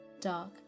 dark